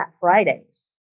Fridays